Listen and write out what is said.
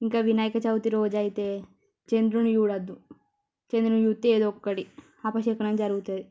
ఇంకా వినాయకచవితి రోజైతే చంద్రున్ని చూడొద్దు చంద్రున్ని చూస్తే ఏదో ఒకటి అపశకునం జరుగుతుంది